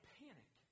panic